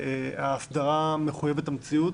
וההסדרה מחויבת המציאות.